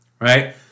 Right